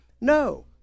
No